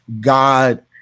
God